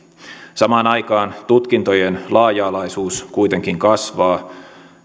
samaan aikaan tutkintojen laaja alaisuus kuitenkin kasvaa